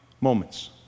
moments